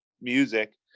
music